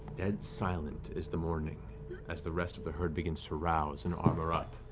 dead silent is the morning as the rest of the herd begins to rouse and armor up.